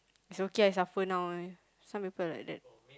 it's okay I suffer now eh some people like that